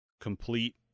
complete